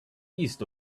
east